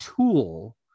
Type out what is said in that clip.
tool